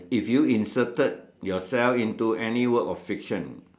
if you inserted yourself into any work of fiction